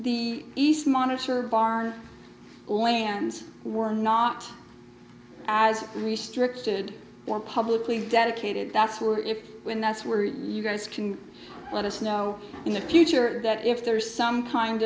the east monitor and farm lands were not as restricted or publicly dedicated that's were if when that's where you guys can let us know in the future that if there is some kind